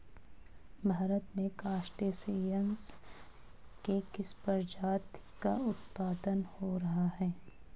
भारत में क्रस्टेशियंस के किस प्रजाति का उत्पादन हो रहा है?